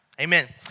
Amen